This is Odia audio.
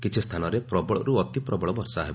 କିଛି ସ୍ଥାନରେ ପ୍ରବଳରୁ ଅତିପ୍ରବଳ ବଷା ହେବ